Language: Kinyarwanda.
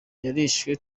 yarishwe